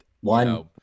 one